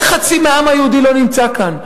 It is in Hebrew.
בערך חצי מהעם היהודי לא נמצא כאן,